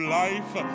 life